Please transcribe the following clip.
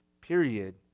period